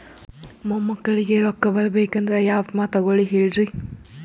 ಮೊಮ್ಮಕ್ಕಳಿಗ ರೊಕ್ಕ ಬರಬೇಕಂದ್ರ ಯಾ ವಿಮಾ ತೊಗೊಳಿ ಹೇಳ್ರಿ?